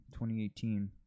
2018